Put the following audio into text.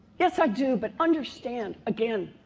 yes, i do, but understand again,